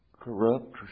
corrupt